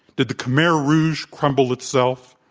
did the khmer rouge crumble itself?